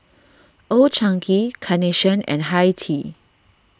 Old Chang Kee Carnation and Hi Tea